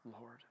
Lord